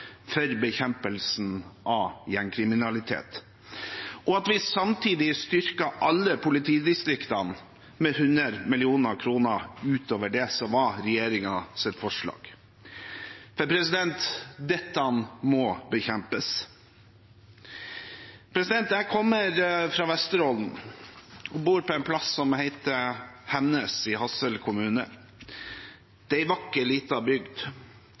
av gjengkriminalitet, og at vi samtidig styrker alle politidistriktene med 100 mill. kr utover det som var regjeringens forslag. Dette må bekjempes. Jeg kommer fra Vesterålen og bor på en plass som heter Hennes i Hadsel kommune. Det er en vakker liten bygd.